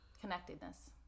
connectedness